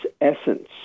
essence